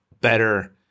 better